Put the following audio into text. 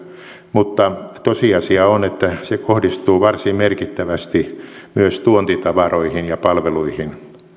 mutta tosiasia on että se kohdistuu varsin merkittävästi myös tuontitavaroihin ja palveluihin